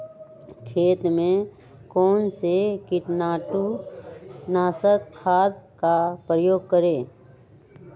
खेत में कौन से कीटाणु नाशक खाद का प्रयोग करें?